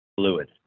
fluid